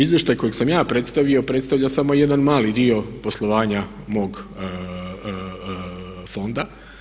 Izvještaj kojeg sam ja predstavio predstavlja samo jedan mali dio poslovanja mog fonda.